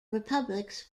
republics